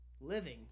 living